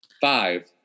Five